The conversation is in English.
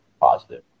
positive